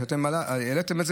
זאת תשובה על מה שאתם העליתם.